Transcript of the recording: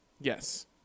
Yes